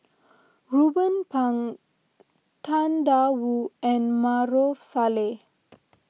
Ruben Pang Tang Da Wu and Maarof Salleh